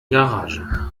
garage